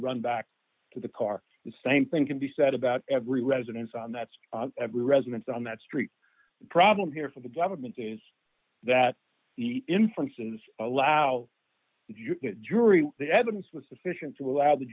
run back to the car the same thing can be said about every residence on that's every residence on that street the problem here for the government is that the inference and allow jury the evidence was sufficient to allow the